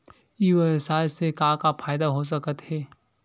ई व्यवसाय से का का फ़ायदा हो सकत हे?